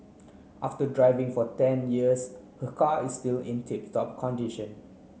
after driving for ten years her car is still in tip top condition